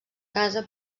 casa